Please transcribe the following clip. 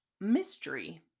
mystery